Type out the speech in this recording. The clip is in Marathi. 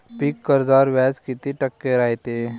पीक कर्जावर व्याज किती टक्के रायते?